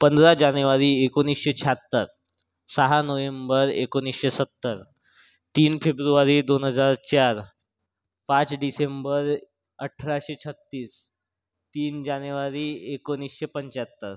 पंधरा जानेवारी एकोणीसशे शाहत्तर सहा नोव्हेंबर एकोणीसशे सत्तर तीन फेब्रुवारी दोन हजार चार पाच डिसेंबर अठराशे छत्तीस तीन जानेवारी एकोणीसशे पंच्याहत्तर